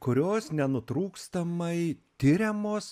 kurios nenutrūkstamai tiriamos